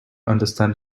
understand